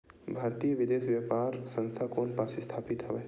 भारतीय विदेश व्यापार संस्था कोन पास स्थापित हवएं?